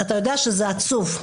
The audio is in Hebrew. אתה יודע שזה עצוב,